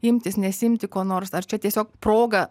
imtis nesiimti ko nors ar čia tiesiog proga